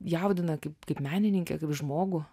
jaudina kaip kaip menininkę kaip žmogų